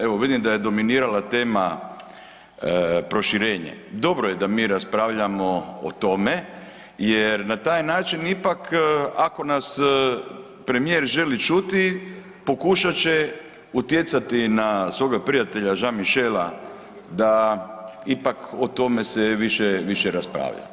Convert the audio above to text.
Evo vidim da je dominirala tema proširenje, dobro je da mi raspravljamo o tome jer na taj način ipak ako nas premijer želi čuti pokušat će utjecati na svoga prijatelja Jean Michela da ipak o tome se više, više raspravlja.